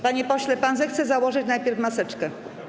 Panie pośle, pan zechce założyć najpierw maseczkę.